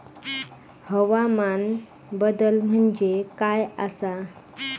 हवामान बदल म्हणजे काय आसा?